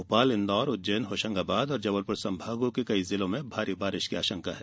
भोपाल इंदौर उज्जैन होशंगाबाद और जबलपुर संभागों के कई जिलों में भारी बारिश की आशंका है